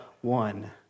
one